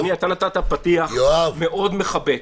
אדוני, אתה נתת פתיח מאוד מחבק.